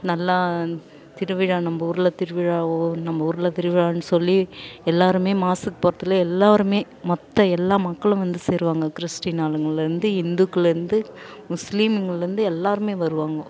நல்லா திருவிழா நம்ம ஊரில் திருவிழாவோ நம்ம ஊரில் திருவிழான்னு சொல்லி எல்லோருமே மாஸுக்கு போறதில் எல்லோருமே மொத்த எல்லா மக்களும் வந்து சேருவாங்க கிறிஸ்டின் ஆளுங்கள்லேருந்து இந்துக்கள்லேருந்து முஸ்லீம்ங்கள்லேருந்து எல்லோருமே வருவாங்கோ